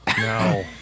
No